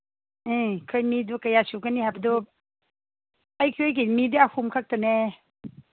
ꯎꯝ ꯑꯩꯈꯣꯏ ꯃꯤꯗꯨ ꯀꯌꯥ ꯁꯨꯒꯅꯤ ꯍꯥꯏꯕꯗꯨ ꯑꯩꯈꯣꯏ ꯃꯤꯗꯤ ꯑꯍꯨꯝꯈꯛꯇꯅꯦ